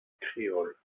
créoles